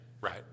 Right